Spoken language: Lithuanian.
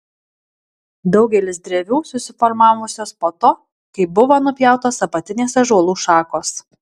daugelis drevių susiformavusios po to kai buvo nupjautos apatinės ąžuolų šakos